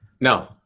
No